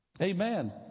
Amen